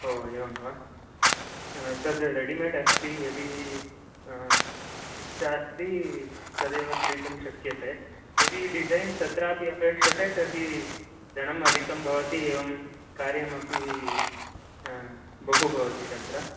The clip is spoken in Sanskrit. ओ एवं वा तद् रेडिमेड् अस्ति यदि इच्छा अस्ति तदेव क्रीतुं शक्यते यदि डिसैन् तत्रापि अपेक्ष्यते तर्हि धनम् अधिकं भवति एवं कार्यमपि बहु भवति तत्र